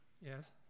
Yes